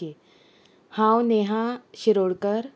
okay हांव नेहा शिरोडकर